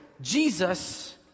Jesus